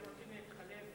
אתה רוצה להתחלף,